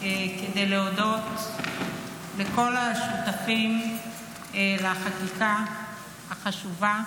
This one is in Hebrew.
כדי להודות לכל השותפים לחקיקה החשובה,